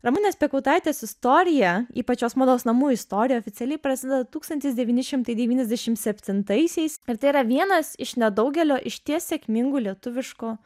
ramunės piekautaitės istorija ypač jos mados namų istorija oficialiai prasideda tūkstantis devyni šimtai devyniasdešimt septintaisiais ir tai yra vienas iš nedaugelio išties sėkmingų lietuviškų